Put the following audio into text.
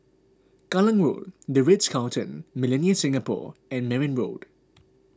Kallang Road the Ritz Carlton Millenia Singapore and Merryn Road